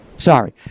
Sorry